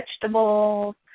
vegetables